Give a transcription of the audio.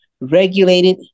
regulated